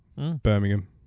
Birmingham